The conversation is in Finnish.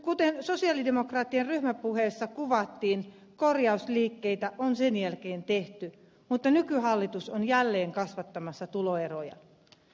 kuten sosialidemokraattien ryhmäpuheessa kuvattiin korjausliikkeitä on sen jälkeen tehty mutta nykyhallitus on jälleen kasvattamassa tuloeroja